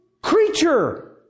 Creature